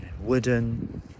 wooden